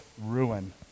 ruin